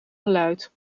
geluid